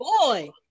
boy